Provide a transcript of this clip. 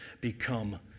become